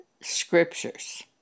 scriptures